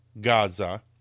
Gaza